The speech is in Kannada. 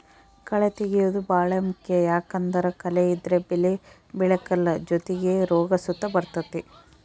ಕಳೇ ತೆಗ್ಯೇದು ಬಾಳ ಮುಖ್ಯ ಯಾಕಂದ್ದರ ಕಳೆ ಇದ್ರ ಬೆಳೆ ಬೆಳೆಕಲ್ಲ ಜೊತಿಗೆ ರೋಗ ಸುತ ಬರ್ತತೆ